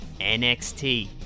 NXT